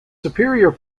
superior